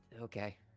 okay